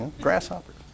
grasshoppers